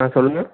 ஆ சொல்லுங்கள்